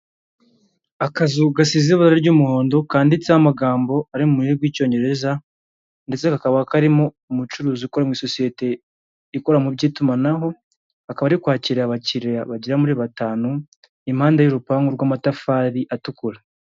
Akazu gasize ibara ry'umuhondo kanditseho amagambo ari mu rurimi rw'icyongereza, ndetse kakaba karimo umucuruzi ukora mu isosiyete ikora mu by'itumanaho akaba ari kwakira abakiriya bagera muri batanu impande y'urupangu rw'amatafari atukura.